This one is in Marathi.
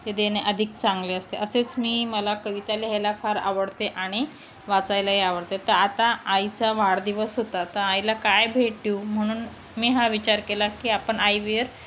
ते देने अधिक चांगले असते असेच मी मला कविता लिहायला फार आवडते आणि वाचायलाही आवडते तर आता आईचा वाढदिवस होता तं आईला काय भेट्यू म्हणून मी हा विचार केला की आपन आईवेअर